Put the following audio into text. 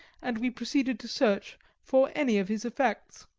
and we proceeded to search for any of his effects.